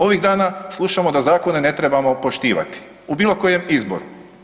Ovih dana slušamo da zakone ne trebamo poštivati, u bilokojem izboru.